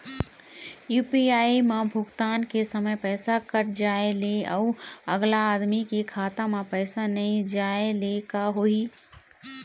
UPI म भुगतान के समय पैसा कट जाय ले, अउ अगला आदमी के खाता म पैसा नई जाय ले का होही?